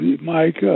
Mike